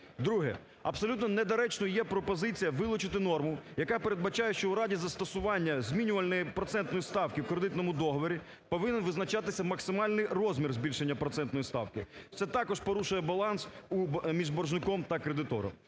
Друге, абсолютно недоречною є пропозиція вилучити норму, яка передбачає, що у разі застосування змінювальної процентної ставки в кредитному договорі повинен визначатися максимальний розмір збільшення процентної ставки. Це також порушує баланс між боржником та кредитором.